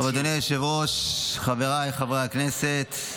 אדוני היושב-ראש, חבריי חברי הכנסת,